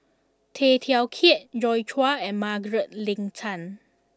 Tay Teow Kiat Joi Chua and Margaret Leng Tan